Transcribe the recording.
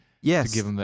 Yes